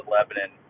Lebanon